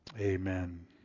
Amen